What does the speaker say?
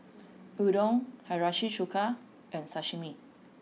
Udon Hiyashi Chuka and Sashimi